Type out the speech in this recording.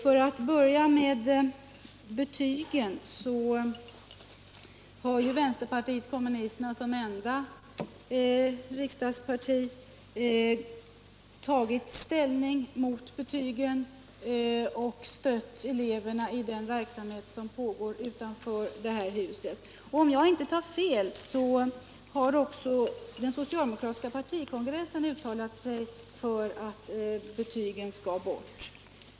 För att börja med betygen vill jag påpeka att vpk som enda riksdagsparti har tagit ställning mot dessa och stött eleverna i den verksamhet som utanför detta hus pågår för att få bort dem. Om jag inte tar fel har också den socialdemokratiska partikongressen uttalat sig för att betygen skall bort.